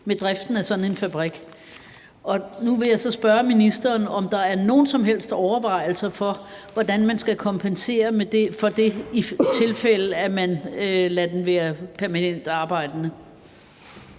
med driften af sådan en fabrik. Og nu vil jeg så spørge ministeren, om der er nogen som helst overvejelser for, hvordan man skal kompensere for det i det tilfælde, hvor man lader den være permanent arbejdende.